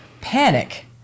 panic